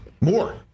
More